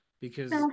Because-